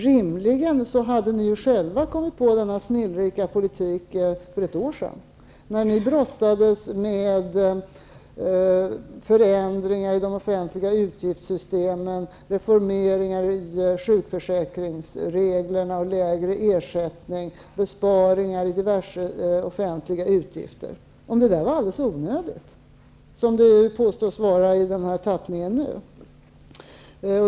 Rimligen hade ni själva kommit på denna snillrika politik för ett år sedan, om de förändringar i de offentliga utgiftssystemen, den reformering av sjukförsäkringsreglerna och lägre ersättningar, alla de besparingar i diverse offentliga utgifter som ni brottades med, var alldeles onödiga, som de påstås vara i den tappning ni nu kommer med.